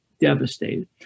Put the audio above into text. devastated